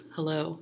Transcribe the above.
Hello